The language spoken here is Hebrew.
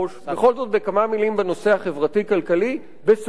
בכל זאת בכמה מלים בנושא החברתי-כלכלי בסוגיית השואה,